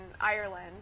Ireland